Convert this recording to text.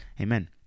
amen